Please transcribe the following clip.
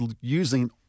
using